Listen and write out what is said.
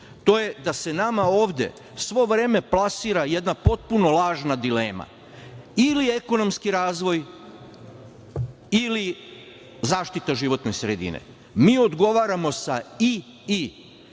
to je da se nama ovde sve vreme plasira jedna potpuno lažna dilema - ili ekonomski razvoj ili zaštita životne sredine. Mi odgovaramo sa "i"